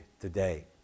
today